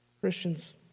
Christians